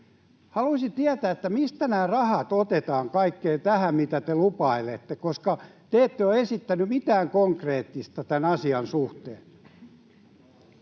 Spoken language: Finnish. Haluaisin tietää, mistä nämä rahat otetaan kaikkeen tähän, mitä te lupailette, koska te ette ole esittänyt mitään konkreettista tämän asian suhteen.